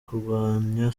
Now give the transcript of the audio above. kurwanya